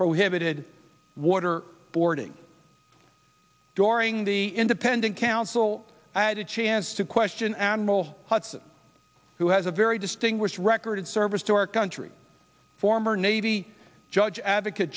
prohibited water boarding during the independent counsel i had a chance to question admiral hudson who has a very distinguished record of service to our country former navy judge advocate